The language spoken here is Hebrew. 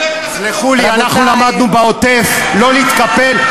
אנחנו למדנו בעוטף לא להתקפל,